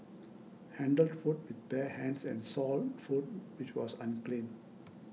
handled food with bare hands and sold food which was unclean